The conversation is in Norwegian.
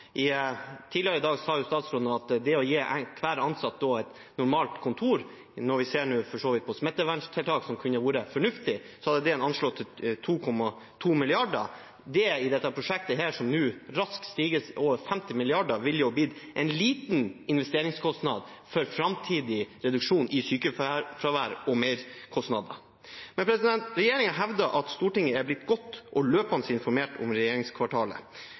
for så vidt kunne vært fornuftig – er anslått til 2,2 mrd. kr. I dette prosjektet, som nå raskt stiger til over 50 mrd. kr, ville det vært en liten investeringskostnad for framtidig reduksjon i sykefravær og merkostnader. Regjeringen hevder at Stortinget er blitt godt og løpende informert om regjeringskvartalet.